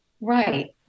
right